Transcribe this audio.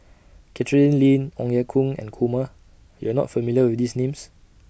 Catherine Lim Ong Ye Kung and Kumar YOU Are not familiar with These Names